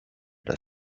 dig